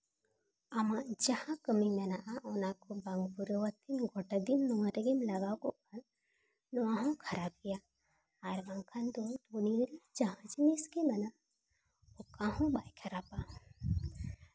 ᱟᱢᱟᱜ ᱡᱟᱦᱟᱸ ᱠᱟᱹᱢᱤ ᱢᱮᱱᱟᱜᱼᱟ ᱚᱱᱟ ᱠᱚ ᱵᱟᱝ ᱯᱩᱨᱟᱹᱣ ᱠᱟᱛᱮᱫ ᱜᱳᱴᱟ ᱫᱤᱱ ᱱᱚᱣᱟ ᱨᱮᱜᱮᱢ ᱞᱟᱜᱟᱣ ᱠᱚᱜ ᱠᱷᱟᱱ ᱱᱚᱣᱟ ᱦᱚᱸ ᱠᱷᱟᱨᱟᱯ ᱜᱮᱭᱟ ᱟᱨ ᱵᱟᱝᱠᱷᱟᱱ ᱫᱚ ᱫᱩᱱᱤᱭᱟᱹ ᱨᱮ ᱡᱟᱦᱟᱸ ᱡᱤᱱᱤᱥ ᱜᱮ ᱢᱮᱱᱟᱜ ᱚᱠᱟ ᱦᱚᱸ ᱵᱟᱭ ᱠᱷᱟᱨᱟᱯᱟ